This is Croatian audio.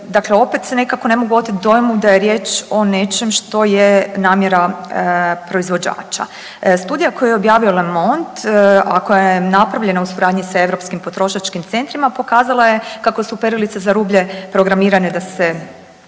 dakle opet se nekako ne mogu oteti dojmu da je riječ o nečem što je namjera proizvođača. Studija koju je objavio Lamont, a koja je napravljena u suradnji s europskim potrošačkim centrima pokazala je kako su perilice za rublje programirane da se